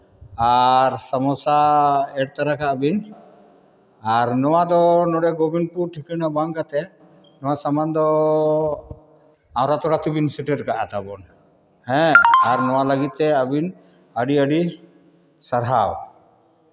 ᱟᱨ ᱥᱚᱢᱚᱥᱟ ᱮᱰ ᱛᱟᱨᱟ ᱠᱟᱜ ᱵᱤᱱ ᱟᱨ ᱱᱚᱣᱟ ᱫᱚ ᱱᱚᱰᱮ ᱜᱳᱵᱤᱱᱯᱩᱨ ᱴᱷᱤᱠᱟᱹᱱᱟ ᱵᱟᱝ ᱠᱟᱛᱮᱫ ᱱᱚᱣᱟ ᱥᱟᱢᱟᱱ ᱫᱚ ᱟᱨᱚ ᱛᱷᱚᱲᱟ ᱛᱮᱵᱤᱱ ᱥᱮᱴᱮᱨ ᱠᱟᱜᱼᱟ ᱛᱟᱵᱚᱱ ᱦᱮᱸ ᱟᱨ ᱱᱚᱣᱟ ᱞᱟᱹᱜᱤᱫ ᱛᱮ ᱟᱹᱵᱤᱱ ᱟᱹᱰᱤ ᱟᱹᱰᱤ ᱥᱟᱨᱦᱟᱣ